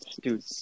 Dude